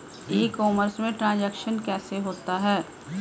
ई commerce में transaction कैसे होता है?